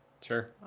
Sure